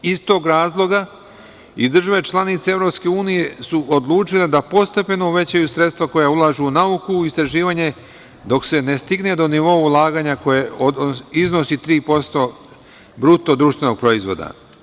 Iz tog razloga i države, članice EU, su odlučile da postepeno uvećaju sredstva koja ulažu u nauku, istraživanje, dok se ne stigne do nivoa ulaganja koje iznosi 3% BDP.